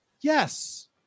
Yes